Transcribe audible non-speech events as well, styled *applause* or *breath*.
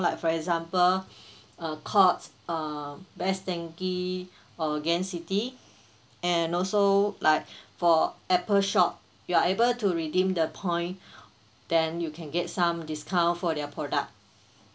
like for example *breath* uh Courts um Best Denki uh Gain City and also like for Apple shop you are able to redeem the point then you can get some discount for their product